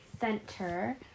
center